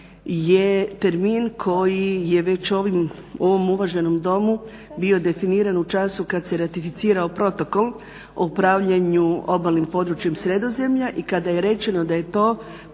je termin koji je već u ovom uvaženom Domu bio definiran u času kada se ratificirao protokol o upravljanju obalnih područjem sredozemlja. I kada je rečeno da je to